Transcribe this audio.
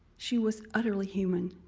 she was utterly human.